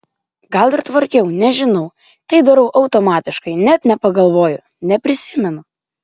gal ir tvarkiau nežinau tai darau automatiškai net nepagalvoju neprisimenu